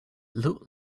looked